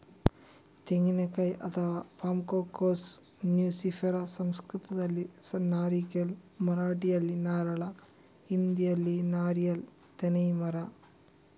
ತೆಂಗಿನಕಾಯಿ ಅಥವಾ palm Cocos nucifera ಸಂಸ್ಕೃತದಲ್ಲಿ ನಾರಿಕೇಲ್, ಮರಾಠಿಯಲ್ಲಿ ನಾರಳ, ಹಿಂದಿಯಲ್ಲಿ ನಾರಿಯಲ್ ತೆನ್ನೈ ಮರ